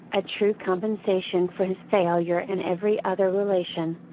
a true compensation for his failure in every other relation,